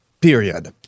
period